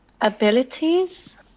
Abilities